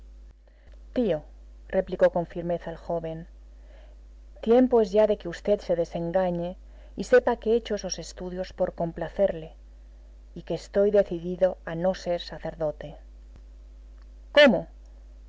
tío replicó con firmeza el joven tiempo es ya de que v se desengañe y sepa que he hecho esos estudios por complacerle y que estoy decidido a no ser sacerdote cómo he